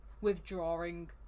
withdrawing